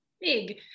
big